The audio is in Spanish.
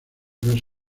dos